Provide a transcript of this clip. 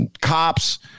cops